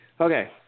Okay